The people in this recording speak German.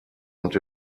und